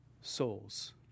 souls